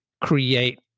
create